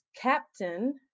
Captain